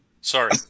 Sorry